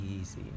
easy